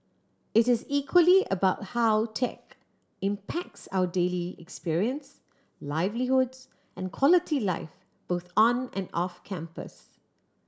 it is equally about how tech impacts our daily experience livelihoods and quality life both on and off campus